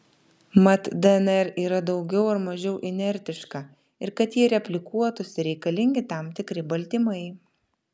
mat dnr yra daugiau ar mažiau inertiška ir kad ji replikuotųsi reikalingi tam tikri baltymai